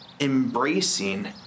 Embracing